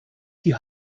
die